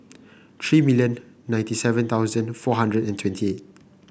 three million ninety seven thousand four hundred and twenty